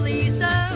Lisa